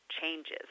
changes